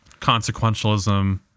consequentialism